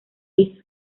hizo